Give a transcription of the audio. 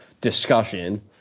discussion